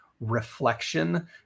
reflection